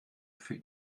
für